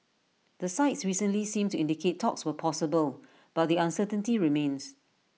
the sides recently seemed to indicate talks were possible but the uncertainty remains